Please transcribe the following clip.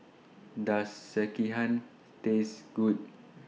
Does Sekihan Taste Good